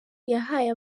yahaye